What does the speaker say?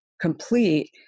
complete